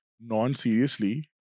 non-seriously